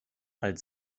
als